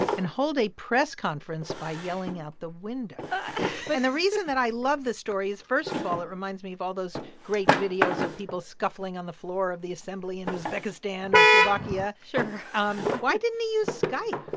and hold a press conference by yelling out the window and the reason that i love this story is, first of all, it reminds me of all those great videos of people scuffling on the floor of the assembly in uzbekistan or slovakia sure um why didn't he use skype?